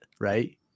Right